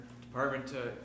department